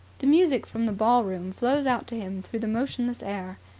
the music from the ballroom flows out to him through the motionless air.